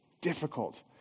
difficult